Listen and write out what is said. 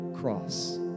cross